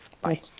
Bye